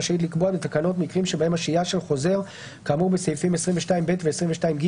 רשאית לקבוע בתקנות מקרים שבהם השהייה של חוזר כאמור בסעיפים 22ב ו-22ג